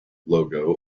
logo